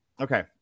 okay